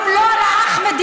גם לא על האחמדים,